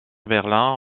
berlin